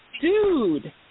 dude